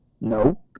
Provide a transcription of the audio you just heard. No